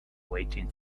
waiting